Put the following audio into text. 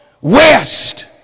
West